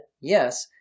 yes